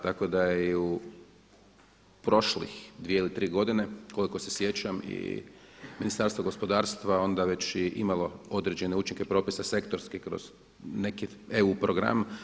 Tako da je i u prošlih 2 ili 3 godine koliko se sjećam i Ministarstvo gospodarstva već i imalo određene učinke propisa sektorskih kroz neki EU program.